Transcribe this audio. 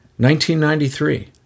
1993